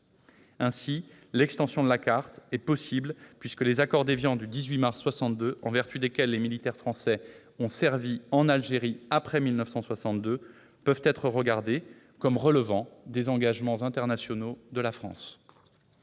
de l'attribution de la carte est possible, puisque les accords d'Évian du 18 mars 1962, en vertu desquels les militaires français ont servi en Algérie après 1962, peuvent être regardés comme relevant des engagements internationaux de la France.